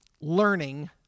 learning